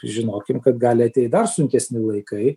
žinokim kad gali ateit dar sunkesni laikai